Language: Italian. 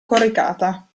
coricata